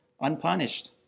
unpunished